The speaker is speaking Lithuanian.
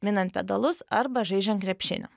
minant pedalus arba žaidžiant krepšinį